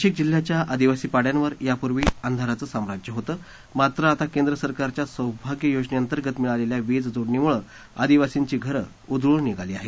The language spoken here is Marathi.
नाशिक जिल्ह्याच्या आदिवासी पाड्यांवर या पूर्वी अंधाराचे साम्राज्य होते मात्र आता केंद्र सरकारच्या सौभाग्य योजनेअंतर्गत मिळालेल्या वीज जोडणीमुळं आदिवासींची घरं उजळून निघाली आहेत